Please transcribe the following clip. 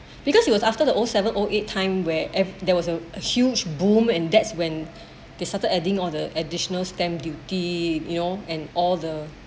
because it was after the O seven O eight time where if there was a a huge boom and that's when they started adding all the additional stamp duty you know and all the